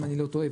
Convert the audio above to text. אם אני לא טועה,